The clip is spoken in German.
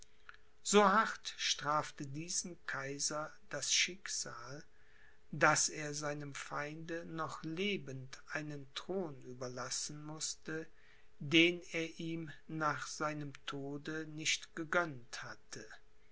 so hart strafte diesen kaiser das schicksal daß er seinem feinde noch lebend einen thron überlassen mußte den er ihm nach seinem tode nicht gegönnt hatte